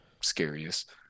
Scariest